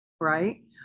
right